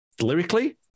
Lyrically